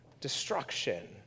destruction